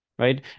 Right